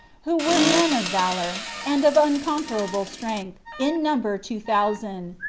who were men of valor, and of unconquerable strength, in number two thousand.